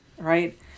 right